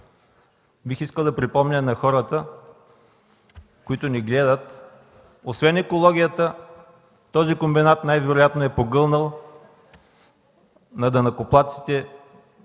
бих искал да припомня на хората, които ни гледат, че освен екологията, този комбинат най-вероятно е погълнал на данъкоплатците